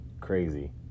crazy